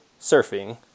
Surfing